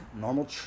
normal